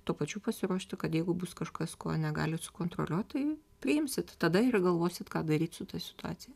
tuo pačiu pasiruošti kad jeigu bus kažkas ko negalit sukontroliuot tai priimsit tada ir galvosit ką daryt su ta situacija